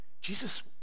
Jesus